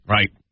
Right